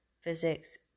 physics